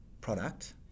product